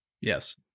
yes